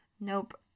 Nope